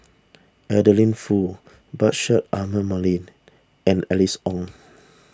Adeline Foo Bashir Ahmad Mallal and Alice Ong